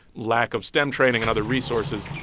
lack of stem training and other resources?